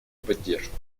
поддержку